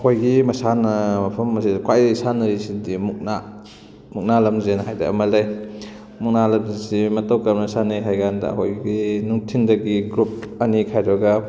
ꯑꯩꯈꯣꯏꯒꯤ ꯃꯁꯥꯅꯥ ꯃꯐꯝ ꯑꯁꯤꯗ ꯈ꯭ꯋꯥꯏꯗꯒꯤ ꯁꯥꯟꯅꯔꯤꯁꯤꯗꯤ ꯃꯨꯛꯅꯥ ꯃꯨꯛꯅꯥ ꯂꯝꯖꯦꯟ ꯍꯥꯏꯗꯅ ꯑꯃ ꯂꯩ ꯃꯨꯛꯅꯥ ꯂꯝꯖꯦꯟꯁꯤ ꯃꯇꯧ ꯀꯔꯝꯅ ꯁꯥꯟꯅꯩ ꯍꯥꯏꯕ ꯀꯥꯟꯗ ꯑꯩꯈꯣꯏꯒꯤ ꯅꯨꯡꯊꯤꯟꯗꯒꯤ ꯒ꯭ꯔꯨꯞ ꯑꯅꯤ ꯈꯥꯏꯗꯣꯛꯑꯒ